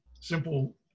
simple